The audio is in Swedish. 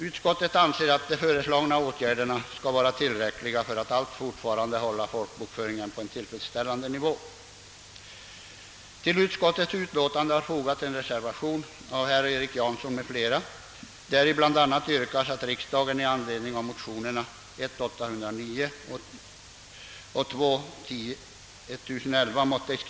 Utskottet anser att de föreslagna åtgärderna är tillräckliga för att alltjämt hålla folkbokföringen på en tillfredsställande nivå.